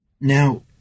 Now